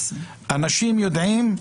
אנשים יודעים,